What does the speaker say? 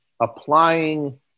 applying